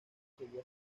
sería